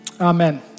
Amen